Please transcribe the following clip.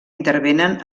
intervenen